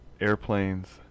airplanes